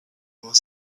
more